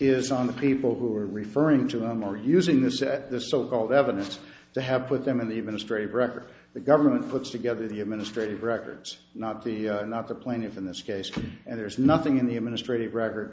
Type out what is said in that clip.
is on the people who are referring to them or using this at this so called evidence to have put them in the administrative record the government puts together the administrative records not the not the plaintiffs in this case and there's nothing in the administrative record